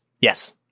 Yes